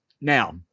Now